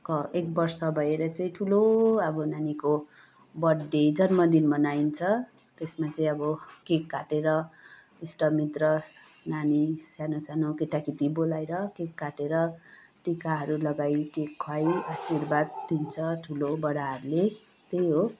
एक वर्ष भएर चाहिँ ठुलो अब नानीको बर्थडे जन्मदिन मनाइन्छ त्यसमा चाहिँ अब केक काटेर इष्ट मित्र नानी सानो सानो केटाकेटी बोलाएर केक काटेर टिकाहरू लगाइ केक खुवाइ आशिर्वाद दिन्छ ठुलो बडाहरूले त्यही हो